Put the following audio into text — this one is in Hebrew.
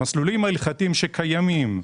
המסלולים ההלכתיים שקיימים,